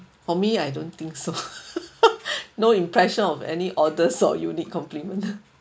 for me I don't think so no impression of any orders or unique compliment